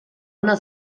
ona